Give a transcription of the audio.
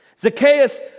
Zacchaeus